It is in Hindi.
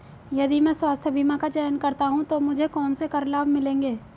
यदि मैं स्वास्थ्य बीमा का चयन करता हूँ तो मुझे कौन से कर लाभ मिलेंगे?